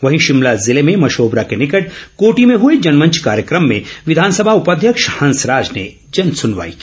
वहीं शिमला जिले में मशोबरा के निकट कोटी में हुए जनमंच कार्यक्रम में विधानसभा उपाध्यक्ष हंसराज ने जनसुनवाई की